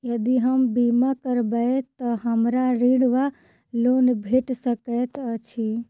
यदि हम बीमा करबै तऽ हमरा ऋण वा लोन भेट सकैत अछि?